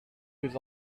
plus